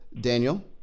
Daniel